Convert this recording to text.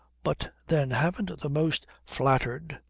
but then haven't the most flattered,